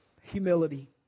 Humility